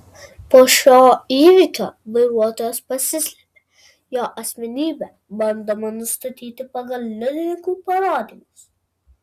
po šio įvykio vairuotojas pasislėpė jo asmenybę bandoma nustatyti pagal liudininkų parodymus